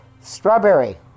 strawberry